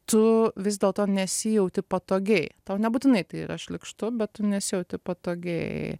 tu vis dėlto nesijautė patogiai tau nebūtinai tai yra šlykštu bet tu nesijauti patogiai